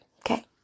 okay